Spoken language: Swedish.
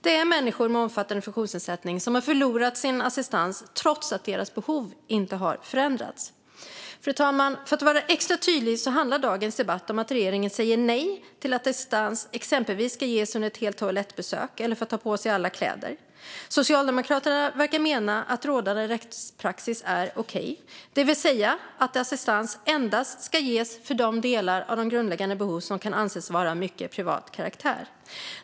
Det är människor med omfattande funktionsnedsättning som har förlorat sin assistans trots att deras behov inte har förändrats. Fru talman! För att vara extra tydlig vill jag säga att dagens debatt handlar om att regeringen säger nej till att assistans exempelvis ska ges under ett helt toalettbesök eller för att ta på sig alla kläder. Socialdemokraterna verkar mena att rådande rättspraxis är okej, det vill säga att assistans endast ska ges för de delar av de grundläggande behoven som kan anses vara av mycket privat karaktär.